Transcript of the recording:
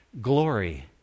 glory